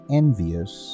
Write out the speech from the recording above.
envious